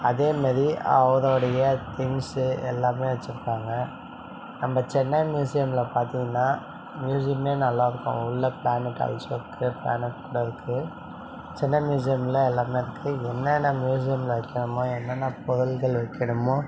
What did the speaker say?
அதே மாதிரி அவருடைய திங்ஸ்ஸு எல்லாமே வச்சுருப்பாங்க நம்ம சென்னை மியூசியமில் பார்த்திங்ன்னா மியூசியமே நல்லாயிருக்கும் உள்ளே பிளானெட் ஆல்ஸோ இருக்குது பிளானெட் கூட இருக்குது சென்னை மியூசியமில் எல்லாமே இருக்குது என்னன்ன மியூசியமில் வைக்கணுமோ என்னென்ன பொருட்கள் வைக்கணுமோ